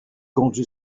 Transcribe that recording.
comptent